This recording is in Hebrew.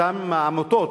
אותן עמותות,